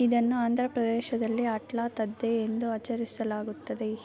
ಇದನ್ನು ಆಂಧ್ರ ಪ್ರದೇಶದಲ್ಲಿ ಅಟ್ಲಾ ತದ್ದೆ ಎಂದು ಅಚರಿಸಲಾಗುತ್ತದೆ